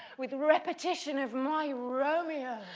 with repetition of my romeo.